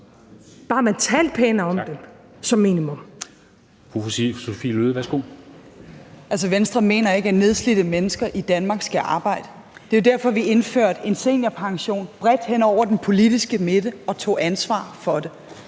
Fru Sophie Løhde, værsgo. Kl. 23:30 Sophie Løhde (V): Venstre mener ikke, at nedslidte mennesker i Danmark skal arbejde. Det var jo derfor, vi indførte en seniorpension, aftalt bredt hen over den politiske midte, og tog ansvar for det.